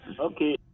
okay